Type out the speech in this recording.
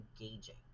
engaging